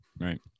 Right